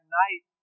night